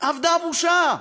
אבדה הבושה.